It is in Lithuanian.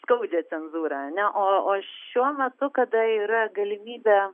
skaudžią cenzūrą ane o o šiuo metu kada yra galimybė